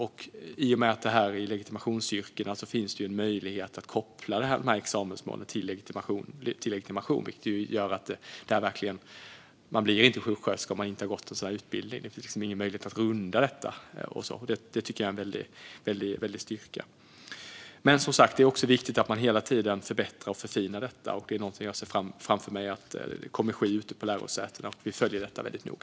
I och med att detta är legitimationsyrken finns det en möjlighet att koppla examensmålen till legitimationen. Man blir inte sjuksköterska om man inte har gått en sådan här utbildning; det finns ingen möjlighet att runda detta. Det tycker jag är en väldig styrka. Men, som sagt, det är också viktigt att man hela tiden förbättrar och förfinar detta, och jag ser framför mig att det kommer att ske ute på lärosätena. Vi följer detta väldigt noga.